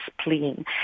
spleen